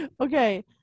okay